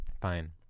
Fine